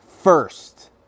first